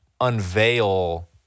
unveil